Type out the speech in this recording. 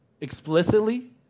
explicitly